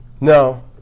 No